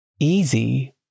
Easy